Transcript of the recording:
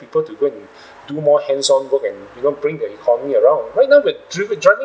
people to go and do more hands-on work and even bring the economy around right now we've driven driving